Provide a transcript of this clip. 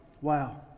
wow